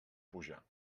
pujar